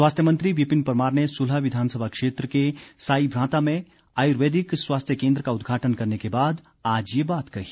स्वास्थ्य मंत्री विपिन परमार ने सुलह विधानसभा क्षेत्र के साई भ्रांता में आयुर्वेदिक स्वास्थ्य केंद्र का उद्घाटन करने के बाद आज ये बात कही